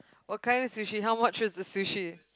what kind of sushi how much is the sushi